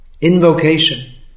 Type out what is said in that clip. Invocation